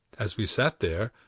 as we sat there,